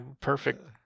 perfect